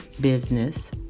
business